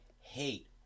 hate